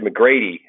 McGrady